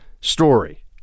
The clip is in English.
story